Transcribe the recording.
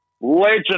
legend